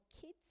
kids